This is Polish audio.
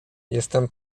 jestem